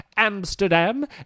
Amsterdam